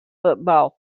football